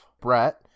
Brett